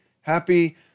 happy